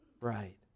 right